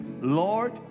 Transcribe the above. Lord